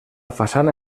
façana